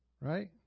Right